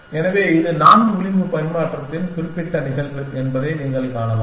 எனவே இது நான்கு விளிம்பு பரிமாற்றத்தின் குறிப்பிட்ட நிகழ்வு என்பதை நீங்கள் காணலாம்